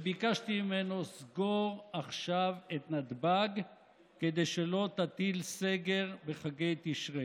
וביקשתי ממנו: סגור עכשיו את נתב"ג כדי שלא תטיל סגר בחגי תשרי.